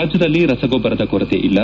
ರಾಜ್ಯದಲ್ಲಿ ರಸಗೊಬ್ಬರದ ಕೊರತೆಯಿಲ್ಲ